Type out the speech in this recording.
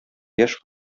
яшь